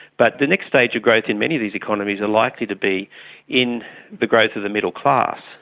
but the next stage of growth in many of these economies are likely to be in the growth of the middle class,